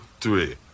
three